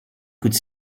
could